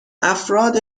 افراد